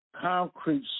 concrete